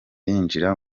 yinjira